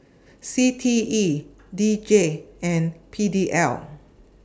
C T E D J and P D L